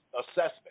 assessment